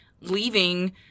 leaving